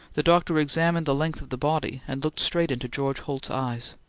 the doctor examined the length of the body, and looked straight into george holt's eyes.